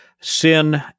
sin